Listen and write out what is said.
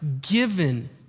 given